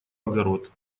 огород